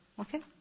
Okay